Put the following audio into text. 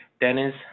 Dennis